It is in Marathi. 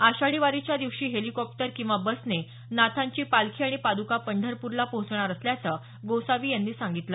आषाढी वारीच्या दिवशी हेलिकॉप्टर किंवा बसने नाथांची पालखी आणि पाद्का पंढरपूरला पोहोचणार असल्याचं गोसावी यांनी सांगितलं